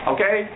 Okay